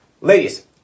Ladies